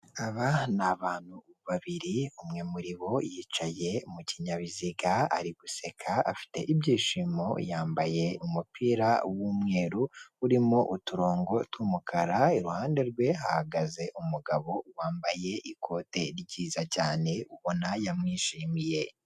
Aba ni abantu babiri umwe muri bo yicaye mu kinyabiziga ari guseka afite ibyishimo yambaye umupira w'umweru urimo uturongo tw'umukara, iruhande rwe hagaze umugabo wambaye ikote ryiza cyane ubona yamwishimiye.